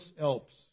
Alps